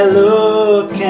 look